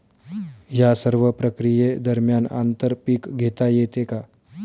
या सर्व प्रक्रिये दरम्यान आंतर पीक घेता येते का?